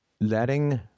Letting